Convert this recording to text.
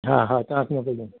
हा हा